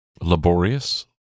laborious